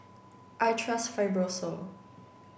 I trust Fibrosol